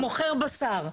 מוכר בשר.